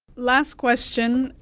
last question,